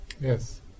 Yes